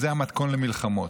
וזה המתכון למלחמות.